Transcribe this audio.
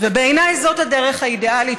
ובעיניי זאת הדרך האידיאלית,